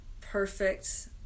perfect